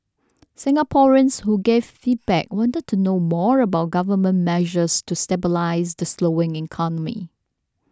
Singaporeans who gave feedback wanted to know more about Government measures to stabilise the slowing economy